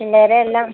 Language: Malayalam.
പിള്ളേരെ എല്ലാം